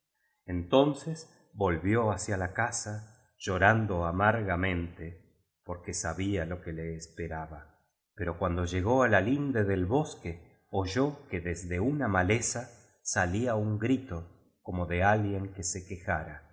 entonces volvió hacia la casa llorando amargamente porque sabía jo que le espe raba pero cuando llegó á la linde del bosque oyó que desde una maleza salía un grito como de alguien que se quejara